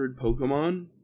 Pokemon